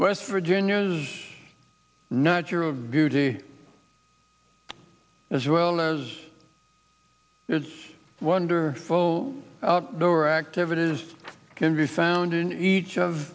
west virginia's not sure of beauty as well as it's wonderful outdoor activities can be found in each of